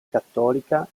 cattolica